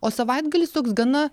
o savaitgalis toks gana